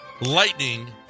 lightning